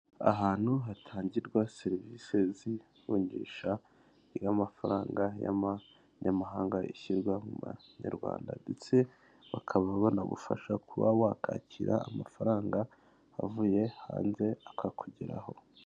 Ahantu hatangirwa serivise z'ivunjisha y'amafaranga y'amanyamahanga ishyirwa mu manyarwanda ndetse bakaba banagufasha kuba wakwakira amafaranga avuye hanze akakugeraho.